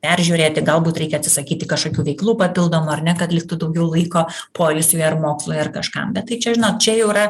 peržiūrėti galbūt reikia atsisakyti kažkokių veiklų papildomų ar ne kad liktų daugiau laiko poilsiui ar mokslui ar kažkam bet tai čia žinot čia jau yra